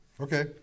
Okay